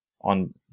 on